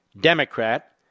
Democrat